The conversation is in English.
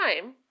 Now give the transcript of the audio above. time